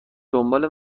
دنبال